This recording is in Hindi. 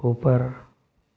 ऊपर